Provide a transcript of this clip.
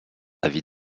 avis